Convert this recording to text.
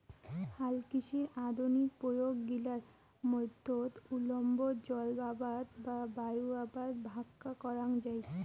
হালকৃষির আধুনিক প্রয়োগ গিলার মধ্যত উল্লম্ব জলআবাদ বা বায়ু আবাদ ভাক্কা করাঙ যাই